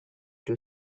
too